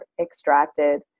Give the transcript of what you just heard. extracted